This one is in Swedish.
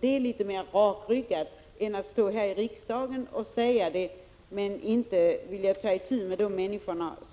Det är litet mer rakryggat än att bara stå här i riksdagen och säga det men inte vilja ta itu med de människor som i så